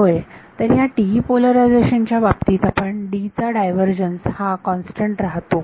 होय तर या TE पोलरायझेशन च्या बाबतीत आपण D चा ड्रायव्हर्जन्स हा कॉन्स्टंट राहतो